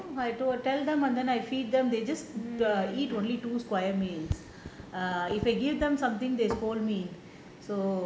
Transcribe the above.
what I told tell them and then I feed them they just eat only two square meals err if I give them something they scold me so